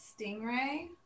stingray